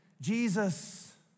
Jesus